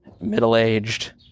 middle-aged